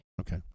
Okay